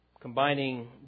combining